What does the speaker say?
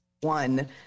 one